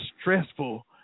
stressful